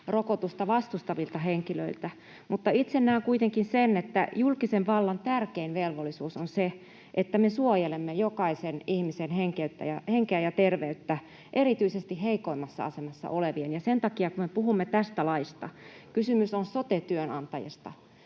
rokotusta vastustavilta henkilöiltä. Itse näen kuitenkin, että julkisen vallan tärkein velvollisuus on se, että me suojelemme jokaisen ihmisen henkeä ja terveyttä, erityisesti heikoimmassa asemassa olevien. Kun me puhumme tästä laista, kysymys on sote-työnantajasta